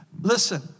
Listen